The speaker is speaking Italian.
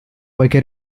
poiché